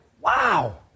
Wow